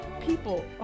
people